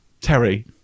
Terry